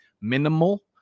Minimal